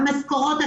המשכורות.